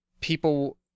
people